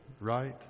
right